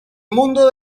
mundo